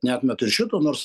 neatmetu ir šito nors